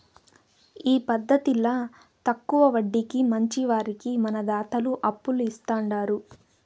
ఈ పద్దతిల తక్కవ వడ్డీకి మంచివారికి మన దాతలు అప్పులు ఇస్తాండారు